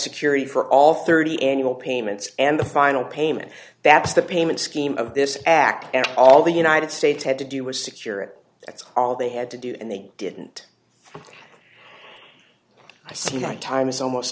security for all thirty annual payments and the final payment that's the payment scheme of this act and all the united states had to do was secure it that's all they had to do and they didn't i see my time is almost